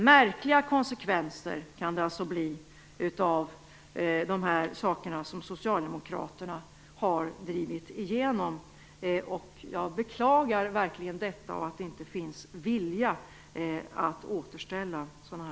Märkliga konsekvenser kan det alltså bli av det som Socialdemokraterna har drivit igenom. Jag beklagar verkligen att det inte finns vilja att återställa sådant.